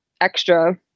extra